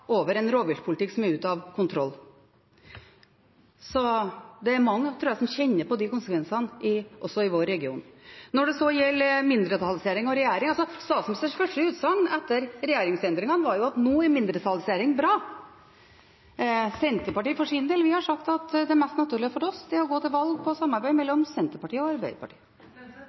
en rovviltpolitikk som er ute av kontroll. Så det er mange som kjenner på de konsekvensene i vår region. Når det gjelder mindretallsregjering og regjering, var statsministerens første utsagn etter regjeringsendringene at nå er mindretallsregjering bra. Senterpartiet har sagt at det mest naturlige for oss er å gå til valg på et samarbeid mellom Senterpartiet og Arbeiderpartiet.